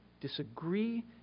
disagree